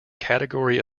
category